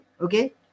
Okay